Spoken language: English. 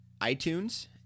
iTunes